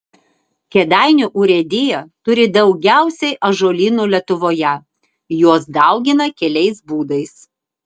kėdainių urėdija turi daugiausiai ąžuolynų lietuvoje juos daugina keliais būdais